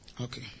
Okay